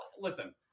listen